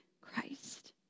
Christ